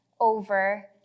over